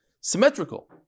symmetrical